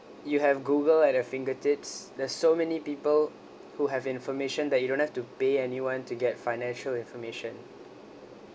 you have google at you fingertips there's so many people who have information that you don't have to pay anyone to get financial information